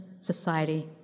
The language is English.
society